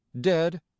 Dead